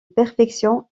perfection